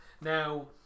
Now